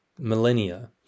millennia